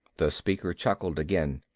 the speaker chuckled again.